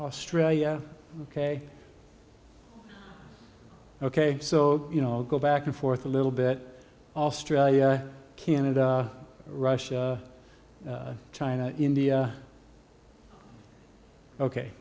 australia ok ok so you know go back and forth a little bit australia canada russia china india ok